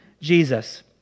Jesus